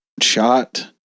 shot